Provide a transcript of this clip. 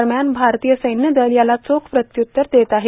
दरम्यान भारतीय सैन्यदल याला चोख प्रत्युत्तर देत आहे